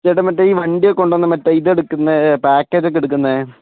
ചേട്ട മറ്റേ ഈ വണ്ടിയൊക്കെ കൊണ്ടൊന്നെ മറ്റേ ഇതെടുക്കുന്നത് ഈ പാക്കേജ് ഒക്കെ എടുക്കുന്നത്